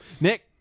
Nick